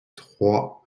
trois